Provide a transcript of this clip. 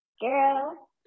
girl